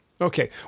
okay